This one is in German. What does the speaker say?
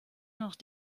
noch